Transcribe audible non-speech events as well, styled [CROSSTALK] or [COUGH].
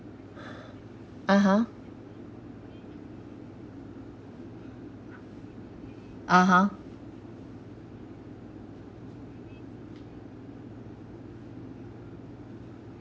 [BREATH] (uh huh) (uh huh)